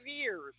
years